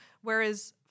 Whereas